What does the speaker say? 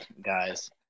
guys